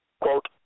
quote